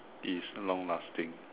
is long lasting